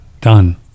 Done